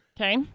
Okay